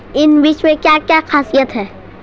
इन बीज में क्या क्या ख़ासियत है?